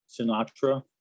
Sinatra